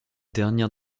dernière